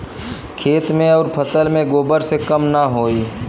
खेत मे अउर फसल मे गोबर से कम ना होई?